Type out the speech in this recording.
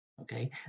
Okay